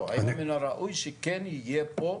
לא, מן הראוי שהוא כן יהיה פה.